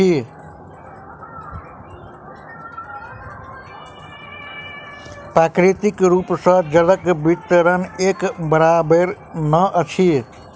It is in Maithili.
प्राकृतिक रूप सॅ जलक वितरण एक बराबैर नै अछि